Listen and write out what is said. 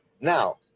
Now